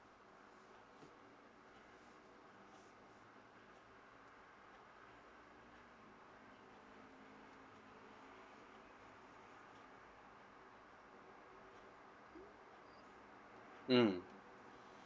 mm